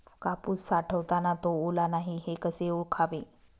कापूस साठवताना तो ओला नाही हे कसे ओळखावे?